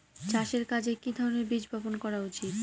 চাষের কাজে কি ধরনের বীজ বপন করা উচিৎ?